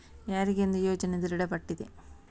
ಯಾರಿಗೆಂದು ಯೋಜನೆ ದೃಢಪಟ್ಟಿದೆ?